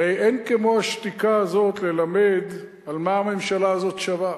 הרי אין כמו השתיקה הזאת ללמד על מה הממשלה הזאת שווה.